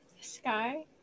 Sky